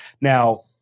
Now